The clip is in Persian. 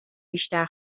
بیشتر